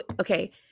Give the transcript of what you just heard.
Okay